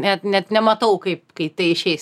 net net nematau kaip kai tai išeis